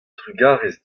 trugarez